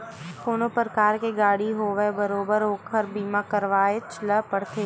कोनो परकार के गाड़ी होवय बरोबर ओखर बीमा करवायच ल परथे